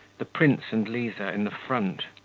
the prince and liza in the front.